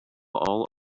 all